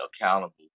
accountable